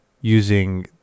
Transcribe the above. using